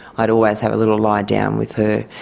i'd always have a little lie down with her,